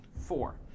four